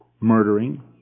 murdering